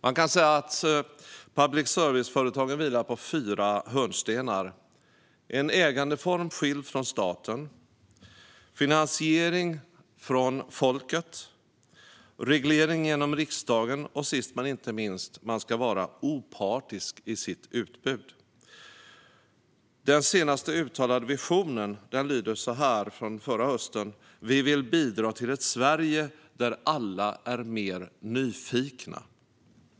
Man kan säga att public service-företagen vilar på fyra hörnstenar: en ägandeform skild från staten, finansiering från folket, reglering genom riksdagen och sist men inte minst opartiskhet i utbudet. Den senast uttalade visionen från förra hösten lyder: "Vi vill bidra till ett Sverige där alla är mer nyfikna."